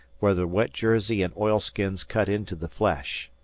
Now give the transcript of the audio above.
where the wet jersey and oilskins cut into the flesh.